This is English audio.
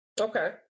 Okay